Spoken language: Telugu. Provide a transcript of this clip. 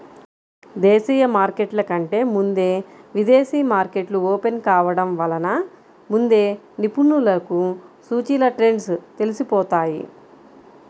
దేశీయ మార్కెట్ల కంటే ముందే విదేశీ మార్కెట్లు ఓపెన్ కావడం వలన ముందే నిపుణులకు సూచీల ట్రెండ్స్ తెలిసిపోతాయి